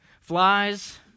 flies